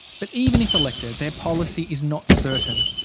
but even if elected, their policy is not certain.